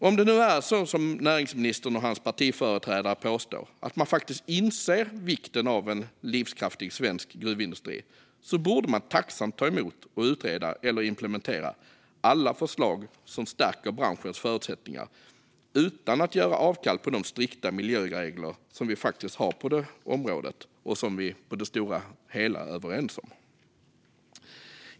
Om det nu är så som näringsministern och hans partiföreträdare påstår, att man faktiskt inser vikten av en livskraftig svensk gruvindustri, borde man tacksamt ta emot och utreda eller implementera alla förslag som stärker branschens förutsättningar utan att göra avkall på de strikta miljöregler som vi har på området och faktiskt på det stora hela är överens om.